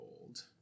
old